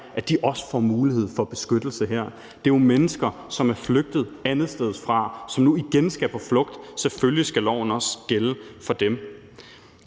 dér, også får mulighed for beskyttelse her. Det er jo mennesker, som er flygtet andetsteds fra, og som nu igen skal på flugt. Selvfølgelig skal loven også gælde for dem.